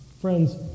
Friends